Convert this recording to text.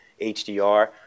HDR